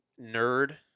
nerd